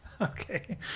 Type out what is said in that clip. Okay